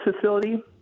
facility